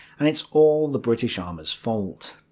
and it's all the british armour's fault.